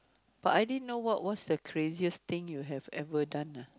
but I didn't know what was the craziest thing you have ever done ah